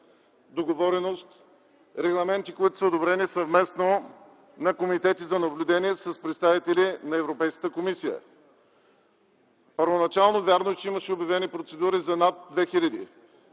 договореност. Регламентите са одобрени съвместно на Комитети за наблюдение с представители на Европейската комисия. Първоначално, вярно е, че имаше обявени процедури за над 2